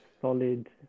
solid